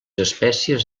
espècies